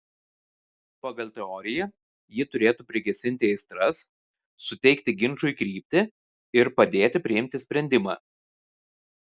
pagal teoriją ji turėtų prigesinti aistras suteikti ginčui kryptį ir padėti priimti sprendimą